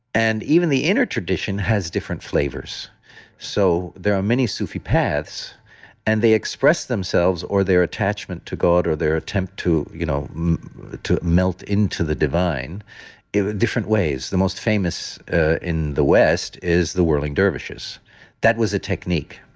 and even the inner tradition has different flavors so there are many sufi paths and they express themselves or their attachment to god or their attempt to you know to melt into the divine in different ways. the most famous in the west is the whirling dervishes that was a technique.